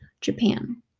Japan